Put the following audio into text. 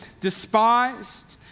despised